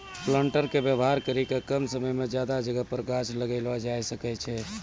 planter के वेवहार करी के कम समय मे ज्यादा जगह पर गाछ लगैलो जाय सकै छै